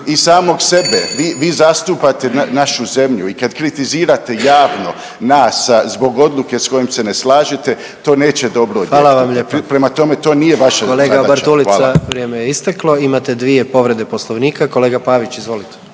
i samog sebe, vi zastupate našu zemlju i kad kritizirate javno nas zbog odluke s kojom se ne slažete, to neće dobro odjeknuti. .../Upadica: /... Prema tome, to nije vaša zadaća. Hvala. **Jandroković, Gordan (HDZ)** Kolega Bartulica, vrijeme je isteklo. Imate dvije povrede Poslovnika. Kolega Pavić, izvolite.